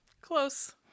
close